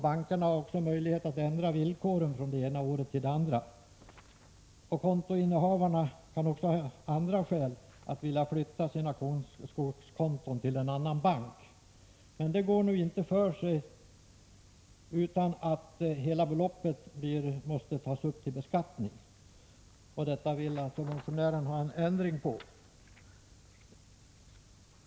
Bankerna har också möjlighet att ändra villkoren från det ena året till det andra. Kontoinnehavarna kan även ha andra skäl att vilja flytta sina skogskonton till en annan bank. Men en sådan flyttning går inte för sig utan att hela beloppet tas upp till beskattning. Detta vill motionären ha en ändring på.